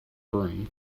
broom